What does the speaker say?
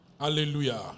Hallelujah